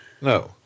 No